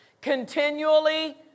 continually